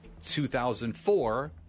2004